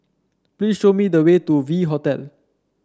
please show me the way to V Hotel